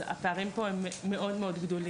אז הפערים פה הם מאוד מאוד גדולים,